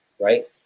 right